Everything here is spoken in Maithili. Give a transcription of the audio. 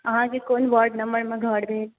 अहाँके क़ोन वार्ड नम्बर मे घर भेल